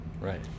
Right